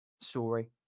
story